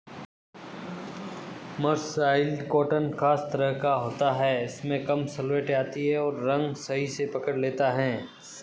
mercerised cotton खास तरह का होता है इसमें कम सलवटें आती हैं और रंग को सही से पकड़ लेता है